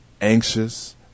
anxious